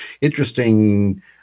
interesting